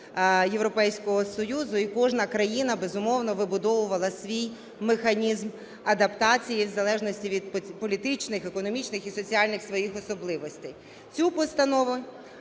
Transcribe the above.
Європейського Союзу. І кожна країна, безумовно, вибудовувала свій механізм адаптації в залежності від політичних, економічних і соціальних своїх особливостей. Цю постанову